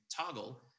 toggle